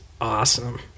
awesome